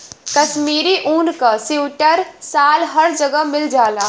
कशमीरी ऊन क सीवटर साल हर जगह मिल जाला